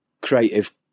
creative